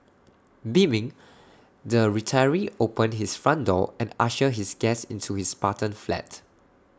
beaming the retiree opened his front door and ushered his guest into his Spartan flat